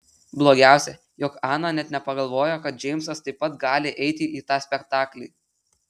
blogiausia jog ana net nepagalvojo kad džeimsas taip pat gali eiti į tą spektaklį